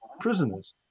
prisoners